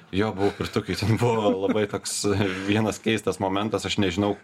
jo buvau pirtukėj ten buvo labai toks vienas keistas momentas aš nežinau